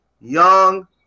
young